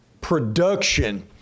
production